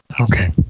okay